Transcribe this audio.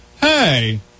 hey